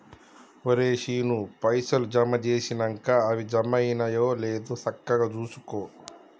ఒరే శీనూ, పైసలు జమ జేసినంక అవి జమైనయో లేదో సక్కగ జూసుకో